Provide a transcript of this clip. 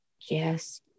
yes